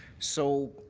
so,